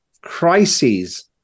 crises